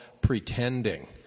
pretending